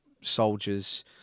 soldiers